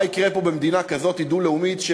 מה יקרה פה במדינה כזאת דו-לאומית,